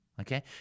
Okay